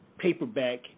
paperback